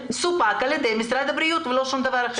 שסופק על ידי משרד הבריאות ולא שום דבר אחר.